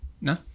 No